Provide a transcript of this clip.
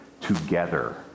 together